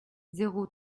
zéro